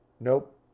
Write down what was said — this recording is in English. Nope